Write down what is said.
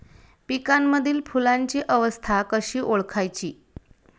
पिकांमधील फुलांची अवस्था कशी ओळखायची?